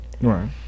Right